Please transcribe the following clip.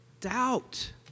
doubt